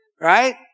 right